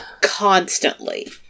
constantly